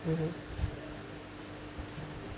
mmhmm